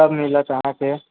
सब मिलत अहाँके